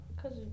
cause